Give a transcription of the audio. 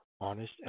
honest